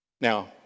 Now